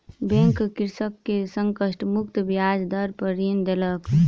bank कृषक के संकट मुक्त ब्याज दर पर ऋण देलक